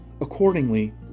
accordingly